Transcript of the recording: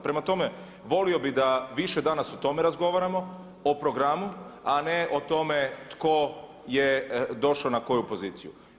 Prema tome, volio bi da više danas o tome razgovaramo, o programu a ne o tome tko je došao na koju poziciju.